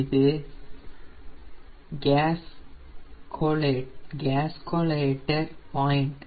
இது கேஸ்கொலேட்டர் பாயிண்ட்